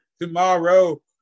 tomorrow